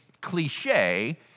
cliche